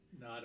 No